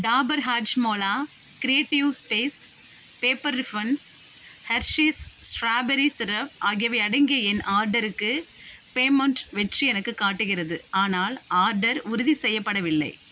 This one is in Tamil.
Dabur Hajmola creative space paper ribbons Hershey's strawberry syrup ஆகியவை அடங்கிய என் ஆர்டருக்கு பேமெண்ட் வெற்றி எனக்கு காட்டுகிறது ஆனால் ஆர்டர் உறுதி செய்யப்படவில்லை